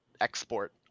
export